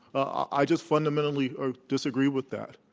i just fundamentally ah disagree with that.